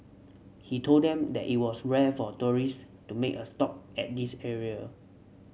he told them that it was rare for tourists to make a stop at this area